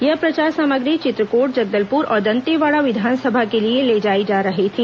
यह प्रचार सामग्री चित्रकोट जगदलपुर और दंतेवाड़ा विधानसभा के लिए ले जायी जा रही थी